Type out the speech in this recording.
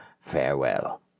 Farewell